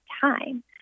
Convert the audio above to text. time